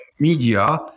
media